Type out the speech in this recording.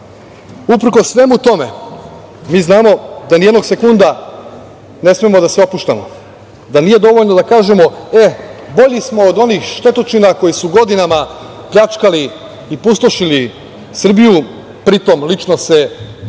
svemu tome mi znamo da ni jednog sekunda ne smemo da se opuštamo, da nije dovoljno da kažemo – e, bolji smo od onih štetočina koji su godinama pljačkali i pustošili Srbiju, pritom lično se bogateći